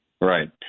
Right